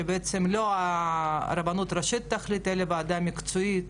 שבעצם לא הרבנות הראשית תחליט אלא ועדה מקצועית